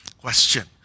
question